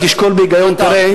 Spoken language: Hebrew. אם תשקול בהיגיון תראה,